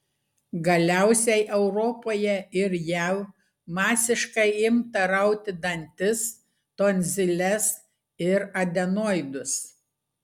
galiausiai europoje ir jav masiškai imta rauti dantis tonziles ir adenoidus